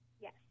Yes